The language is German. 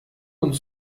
und